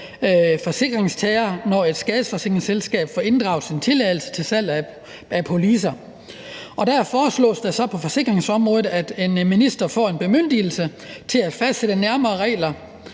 forsikringstagere, når et skadesforsikringsselskab får inddraget sin tilladelse til salg af policer. Der foreslås det så, at en minister på forsikringsområdet får en bemyndigelse til at fastsætte nærmere regler,